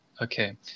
okay